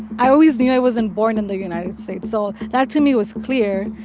i always knew i wasn't born in the united states so that, to me, was clear.